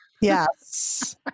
Yes